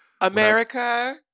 America